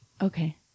Okay